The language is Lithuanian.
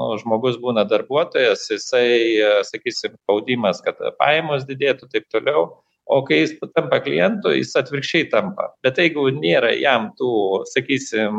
nu žmogus būna darbuotojas jisai sakysim spaudimas kad pajamos didėtų taip toliau o kai jis tampa klientu jis atvirkščiai tampa bet jeigu nėra jam tų sakysim